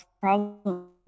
problem